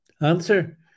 Answer